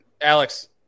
Alex